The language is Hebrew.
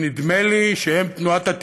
ונדמה לי שהם תנועת התיקון,